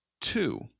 Two